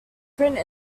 print